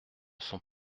sont